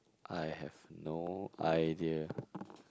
I have no idea